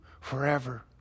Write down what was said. forever